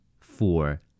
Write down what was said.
Four